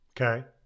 Okay